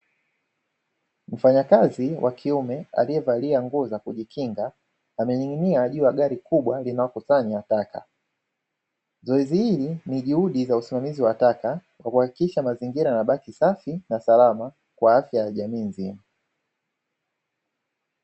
Mfanyakazi wa kiume aliyevaa nguo za kujikinga, amening'inia juu ya gari kubwa linalo kusanya taka. Zoezi hili ni juhudi za usimamizi wa taka, kwa kuakikisha mazingira yanabaki safi na salama, kwa afya ya jamii nzima.